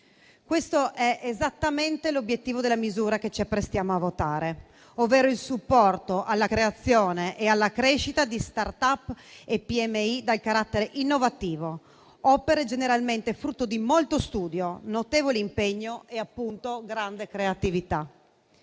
Questo è esattamente l'obiettivo della misura che ci apprestiamo a votare, ovvero il supporto alla creazione e alla crescita di *start-up* e PMI dal carattere innovativo, opere generalmente frutto di molto studio, notevole impegno e grande creatività.